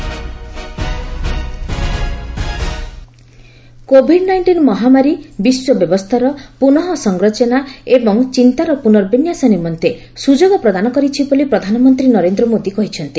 PM Raisina dialogue COVID nineteen ମହାମାରୀ ବିଶ୍ୱ ବ୍ୟବସ୍ଥାର ପୁନଃ ସଂରଚନା ଏବଂ ଚିନ୍ତାର ପୁନର୍ବିନ୍ୟାସ ନିମନ୍ତେ ସୁଯୋଗ ପ୍ରଦାନ କରିଛି ବୋଲି ପ୍ରଧାନମନ୍ତ୍ରୀ ନରେନ୍ଦ୍ର ମୋଦୀ କହିଛନ୍ତି